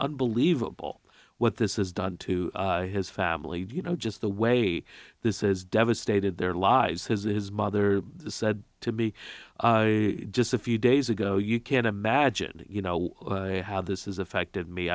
unbelievable what this has done to his family you know just the way this has devastated their lives his mother said to be just a few days ago you can imagine you know how this has affected me